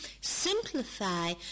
simplify